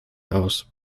aus